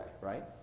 right